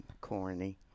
corny